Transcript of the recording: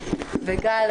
וגל,